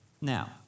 Now